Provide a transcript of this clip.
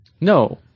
No